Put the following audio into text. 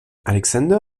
alexander